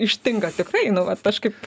ištinka tikrai nu vat aš kaip